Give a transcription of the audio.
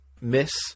miss